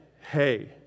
hey